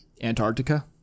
antarctica